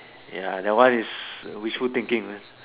ya that one is wishful thinking right